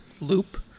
loop